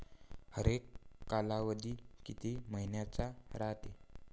हरेक कालावधी किती मइन्याचा रायते?